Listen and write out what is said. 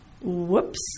Whoops